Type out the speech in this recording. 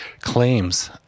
claims